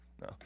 No